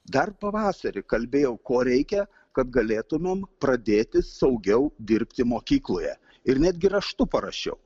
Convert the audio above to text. dar pavasarį kalbėjau ko reikia kad galėtumėm pradėti saugiau dirbti mokykloje ir netgi raštu parašiau